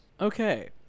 Okay